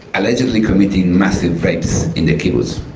allegedly committing massive rapes in the kivus.